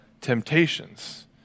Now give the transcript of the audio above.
temptations